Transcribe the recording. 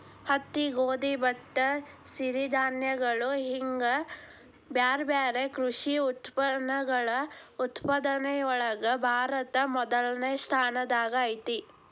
ಹತ್ತಿ, ಗೋಧಿ, ಭತ್ತ, ಸಿರಿಧಾನ್ಯಗಳು ಹಿಂಗ್ ಬ್ಯಾರ್ಬ್ಯಾರೇ ಕೃಷಿ ಉತ್ಪನ್ನಗಳ ಉತ್ಪಾದನೆಯೊಳಗ ಭಾರತ ಮೊದಲ್ನೇ ಸ್ಥಾನದಾಗ ಐತಿ